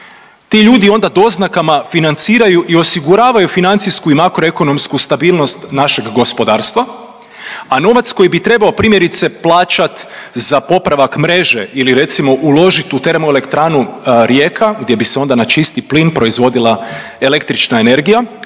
Ti ljudi onda doznakama onda financiraju i osiguravaju financijsku i makroekonomsku stabilnost našeg gospodarstva, a novac koji bi trebao primjerice plaćat za popravak mreže ili recimo uložiti u Termoelektranu Rijeka gdje bi se onda na čisti plin proizvodila onda električna energija,